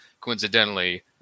coincidentally